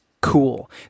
cool